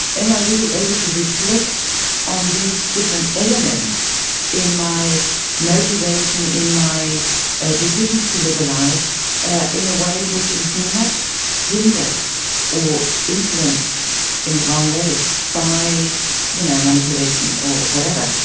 am i really able to reflect on these different elements in my motivation, in my decisions to live a life ah in a way which is not hindered or influenced in the wrong way by you know manipulation or whatever?